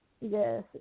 Yes